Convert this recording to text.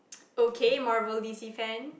okay Marvel D_C fan